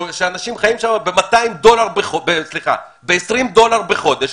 שאנשים שם חיים ב-20 דולר בחודש,